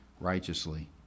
righteously